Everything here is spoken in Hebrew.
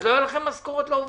אז לא היה לכם משכורות לעובדים.